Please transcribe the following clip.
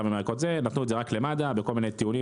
גם עם הערכות נתנו את זה רק למד"א בכל מיני טיעונים.